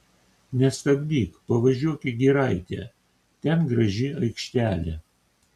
nestabdyk pavažiuok į giraitę ten graži aikštelė